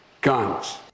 guns